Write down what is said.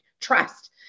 trust